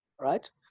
right